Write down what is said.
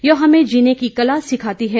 यह हमें जीने की कला सिखाती है